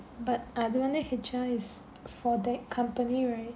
but அது வந்து:adhu vandhu H_R is for that company right